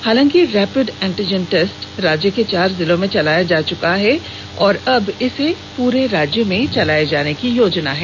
हालांकि rapid antigen test राज्य के चार जिलों में चलाया जा चुका है अब इसे पूरे राज्य में चलाए जाने की योजना है